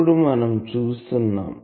ఇప్పుడు మనం చూస్తున్నాం